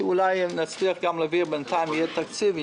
שאולי נצליח להעביר בינתיים יהיה תקציב,